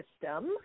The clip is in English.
system